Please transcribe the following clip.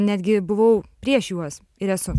netgi buvau prieš juos ir esu